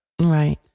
Right